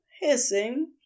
hissing